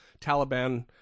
Taliban